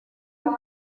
eux